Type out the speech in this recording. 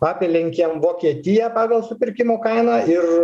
apelenkėm vokietiją pagal supirkimų kainą ir